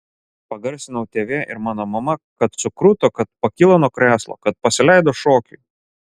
pagarsinau tv ir mano mama kad sukruto kad pakilo nuo krėslo kad pasileido šokiui